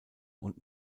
und